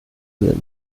sind